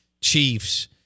chiefs